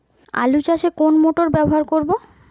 আলু চাষে কোন মোটর ব্যবহার করব?